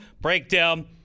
breakdown